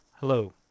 Hello